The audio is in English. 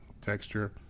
texture